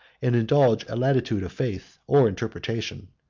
and indulge a latitude of faith or interpretation.